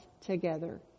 together